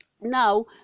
Now